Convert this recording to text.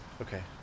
okay